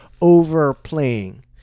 Overplaying